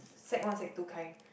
sec one sec-two kind